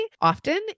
often